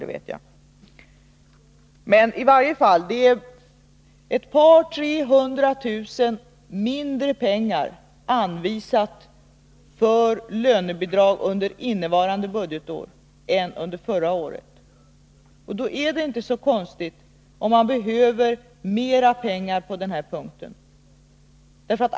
Det är ett par tre hundra tusen kronor mindre till lönebidrag än under förra året, och då är det inte så konstigt om man behöver mer pengar på den här punkten.